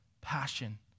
passion